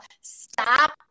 Stop